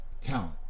talent